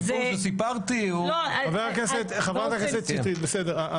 הסיפור שסיפרתי הוא --- חברת הכנסת שטרית, בסדר.